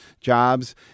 jobs